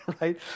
Right